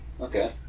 Okay